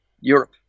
Europe